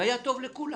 והיה טוב לכולם